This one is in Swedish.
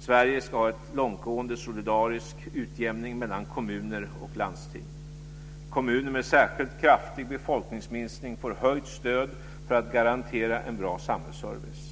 Sverige ska ha en långtgående solidarisk utjämning mellan kommuner och landsting. Kommuner med särskilt kraftig befolkningsminskning får höjt stöd för att garantera en bra samhällsservice.